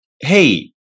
hey